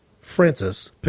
Francis